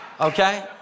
okay